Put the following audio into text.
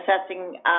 assessing